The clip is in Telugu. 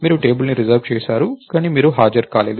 మీరు టేబుల్ని రిజర్వ్ చేసారు కానీ మీరు హాజరు కాలేదు